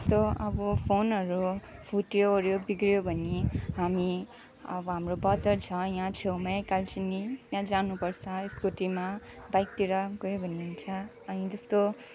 यस्तो अब फोनहरू फुट्यो ओर्यो बिग्रियो भने हामी अब हाम्रो बजार छ यहाँ छेउमै कालचिनी त्यहाँ जानु पर्छ स्कुटीमा बाइकतिर गयो भने हुन्छ अनि त्यस्तो